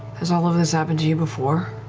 has all of this happened to you before?